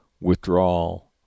withdrawal